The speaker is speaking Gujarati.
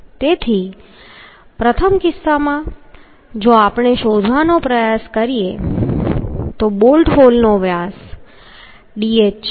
તેથી પ્રથમ કિસ્સામાં જો આપણે શોધવાનો પ્રયત્ન કરીએ તો બોલ્ટ હોલનો વ્યાસ dh છે